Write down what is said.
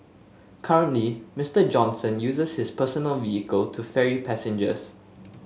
currently Mister Johnson uses his personal vehicle to ferry passengers